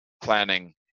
planning